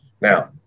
Now